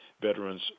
veterans